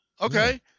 Okay